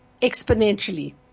exponentially